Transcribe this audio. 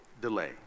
delay